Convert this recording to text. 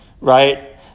right